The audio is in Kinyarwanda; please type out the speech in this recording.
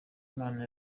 imana